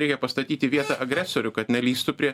reikia pastatyt į vietą agresorių kad nelįstų prie